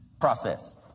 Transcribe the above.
process